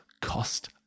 cost